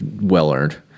well-earned